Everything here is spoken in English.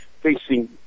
facing